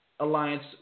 alliance